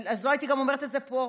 אז לא הייתי גם אומרת את זה פה.